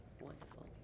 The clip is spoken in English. wonderful